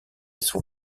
son